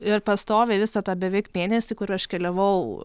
ir pastoviai visą tą beveik mėnesį kur aš keliavau